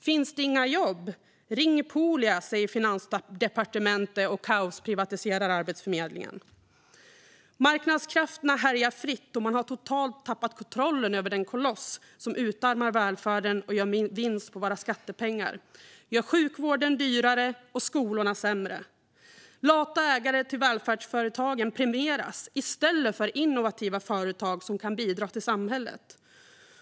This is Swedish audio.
Finns det inga jobb - ring Poolia, säger Finansdepartementet och kaosprivatiserar Arbetsförmedlingen. Marknadskrafterna härjar fritt, och man har totalt tappat kontrollen över den koloss som utarmar välfärden och gör vinst på våra skattepengar, gör sjukvården dyrare och gör skolorna sämre. Lata ägare till välfärdsföretag premieras i stället för innovativa företag som kan bidra till samhället.